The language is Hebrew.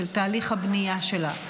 של תהליך הבנייה שלה,